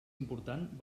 important